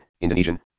Indonesian